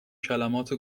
کلمات